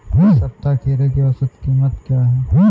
इस सप्ताह खीरे की औसत कीमत क्या है?